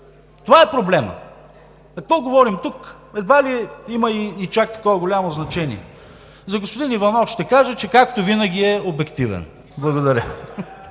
Това е проблемът. Какво говорим тук – едва ли има и чак такова голямо значение. За господин Иванов ще кажа, че както винаги, е обективен.